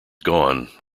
gone